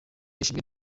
ishimwe